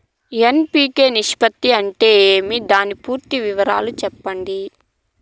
NPK నిష్పత్తి అంటే ఏమి దాని పూర్తి వివరాలు సెప్పండి?